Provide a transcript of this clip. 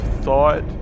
thought